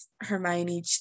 Hermione